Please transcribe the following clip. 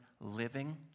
living